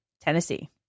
Tennessee